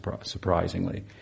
surprisingly